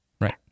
Right